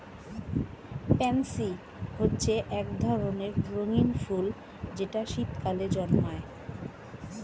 pansy হচ্ছে এক ধরনের রঙিন ফুল যেটা শীতকালে জন্মায়